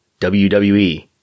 WWE